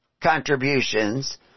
contributions